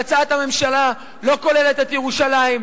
והצעת הממשלה לא כוללת את ירושלים.